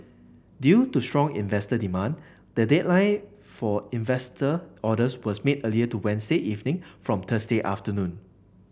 due to strong investor demand the deadline for investor orders was made earlier to Wednesday evening from Thursday afternoon